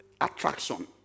attraction